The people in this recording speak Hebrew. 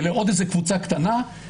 ולעוד איזו קבוצה קטנה,